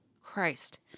Christ